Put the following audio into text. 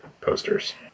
posters